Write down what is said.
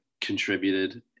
contributed